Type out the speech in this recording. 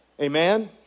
Amen